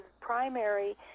primary